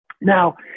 Now